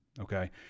okay